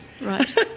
Right